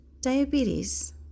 diabetes